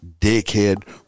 dickhead